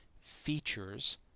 features